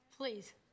Please